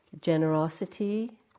generosity